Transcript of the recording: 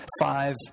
five